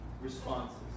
responses